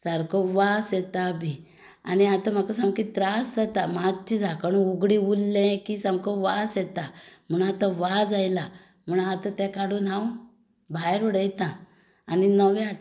सारको वास येता बी आनी आतां म्हाका सामके त्रास जाता नमातशें झांकण उगडें उरलें की सामको वास येता म्हूण आतां वाज आयला म्हूण आतां तें काडून हांव भायर उडयतां आनी नवें हाडटां